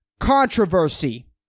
controversy